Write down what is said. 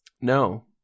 No